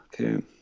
Okay